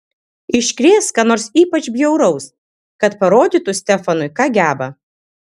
iškrės ką nors ypač bjauraus kad parodytų stefanui ką geba